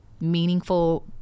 meaningful